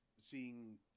seeing